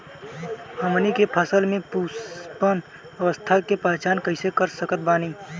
हमनी के फसल में पुष्पन अवस्था के पहचान कइसे कर सकत बानी?